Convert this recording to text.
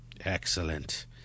Excellent